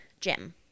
gym